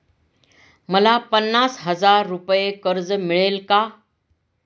मला पन्नास हजार रुपये कर्ज मिळेल का?